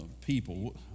People